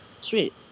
Sweet